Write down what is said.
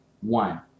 One